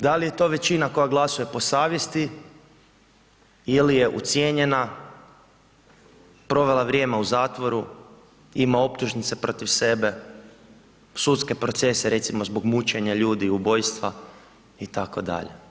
Da li je to većina koja glasuje po savjesti ili je ucijenjena, provela vrijeme u zatvoru, ima optužnice protiv sebe, sudske procese, recimo zbog mučenja ljudi, ubojstva, itd.